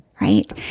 right